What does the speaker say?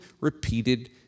repeated